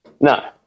No